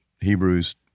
Hebrews